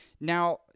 Now